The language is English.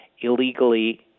illegally